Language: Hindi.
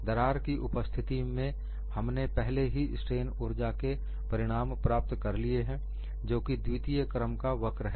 दरार की उपस्थिति में हमने पहले ही स्ट्रेन ऊर्जा के परिणाम प्राप्त कर लिए हैं जो कि द्वितीय क्रम का वक्र है